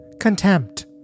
Contempt